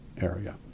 area